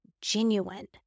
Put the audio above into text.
genuine